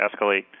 escalate